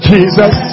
Jesus